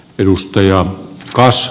arvoisa puhemies